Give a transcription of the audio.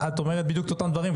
את אומרת בדיוק את אותם דברים,